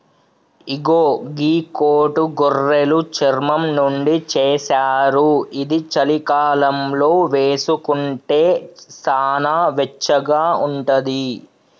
ఇగో గీ కోటు గొర్రెలు చర్మం నుండి చేశారు ఇది చలికాలంలో వేసుకుంటే సానా వెచ్చగా ఉంటది